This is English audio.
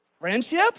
friendship